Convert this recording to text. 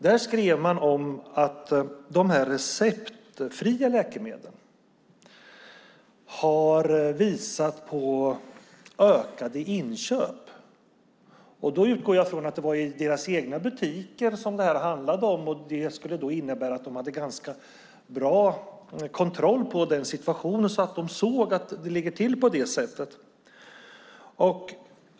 Man skrev att de receptfria läkemedlen har visat på ökade inköp. Jag utgår från att det handlade om deras egna butiker, vilket skulle innebära att de hade ganska bra kontroll på situationen så att de såg att det ligger till på det sättet.